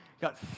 got